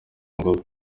ingufu